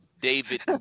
David